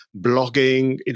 blogging